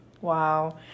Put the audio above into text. Wow